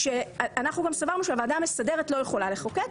שאנחנו גם סברנו שהוועדה המסדרת לא יכולה לחוקק.